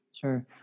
Sure